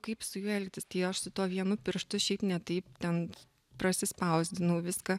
kaip su juo elgtis tai aš su tuo vienu pirštu šiaip ne taip ten prasispausdinau viską